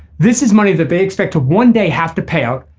this is money that they expect to one day have to pay out.